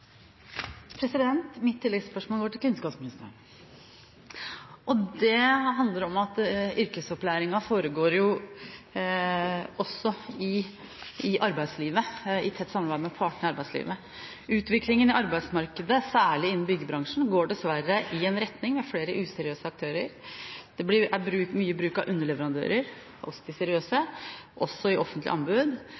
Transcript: Mitt oppfølgingsspørsmål går til kunnskapsministeren. Det handler om at yrkesopplæringen foregår også i arbeidslivet – i tett samarbeid med partene i arbeidslivet. Utviklingen i arbeidsmarkedet, særlig innen byggebransjen, går dessverre i retning av flere useriøse aktører. Det er mye bruk av underleverandører – også hos de seriøse